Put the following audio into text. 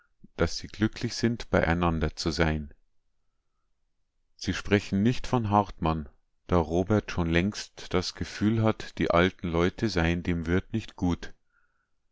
daß sie glücklich sind beieinander zu sein sie sprechen nicht von hartmann da robert schon längst das gefühl hat die alten leute seien dem wirt nicht gut